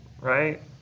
right